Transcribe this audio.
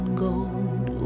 gold